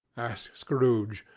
asked scrooge,